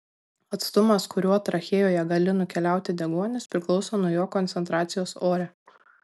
atstumas kuriuo trachėjoje gali nukeliauti deguonis priklauso nuo jo koncentracijos ore